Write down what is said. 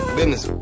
Business